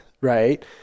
right